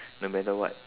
no matter what